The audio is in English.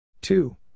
Two